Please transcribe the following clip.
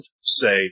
say